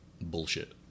bullshit